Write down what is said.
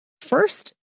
first